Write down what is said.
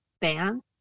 ban